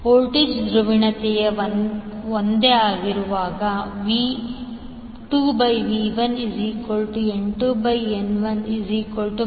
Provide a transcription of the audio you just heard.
voltage ಧ್ರುವೀಯತೆಯು ಒಂದೇ ಆಗಿರುವಾಗ V2V1 N2N1n